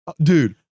dude